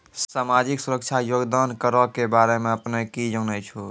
समाजिक सुरक्षा योगदान करो के बारे मे अपने कि जानै छो?